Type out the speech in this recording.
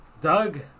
doug